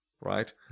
right